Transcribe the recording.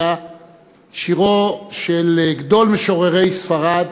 היה שירו של גדול משוררי ספרד